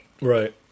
Right